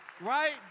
Right